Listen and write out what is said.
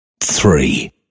three